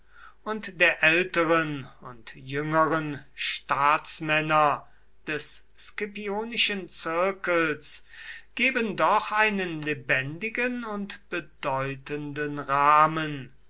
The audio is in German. und der älteren und jüngeren staatsmänner des scipionischen zirkels geben doch einen lebendigen und bedeutenden rahmen